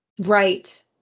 Right